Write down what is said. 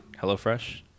HelloFresh